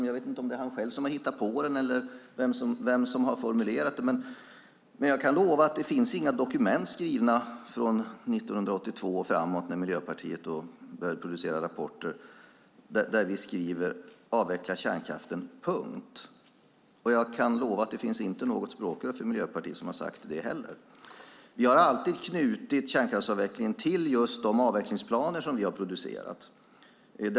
Jag vet inte om det är han själv som har hittat på den eller vem som har formulerat det, men jag kan lova att det inte finns några dokument skrivna från 1982 och framåt när Miljöpartiet började producera rapporter där vi skriver att vi ska avveckla kärnkraften och därmed punkt. Jag kan lova att det inte finns något språkrör för Miljöpartiet som har sagt det heller. Vi har alltid knutit kärnkraftsavvecklingen till just de avvecklingsplaner som vi har producerat.